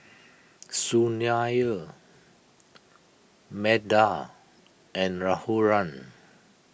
Sunil Medha and Raghuram